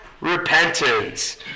repentance